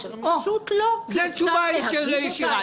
זו תשובה ישירה.